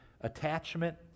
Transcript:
attachment